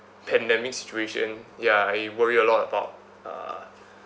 pandemic situation ya I worry a lot about uh